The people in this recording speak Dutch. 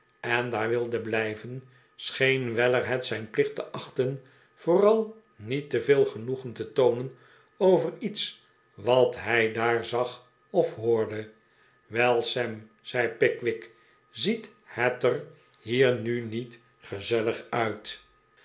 en daar wilde blijven scheen weller het zijn plicht te achten vooral niet te veel genoegen te toonen over iets wat hij daar zag of hoorde wel sam zei pickwick ziet het er hier nu niet gezellig uit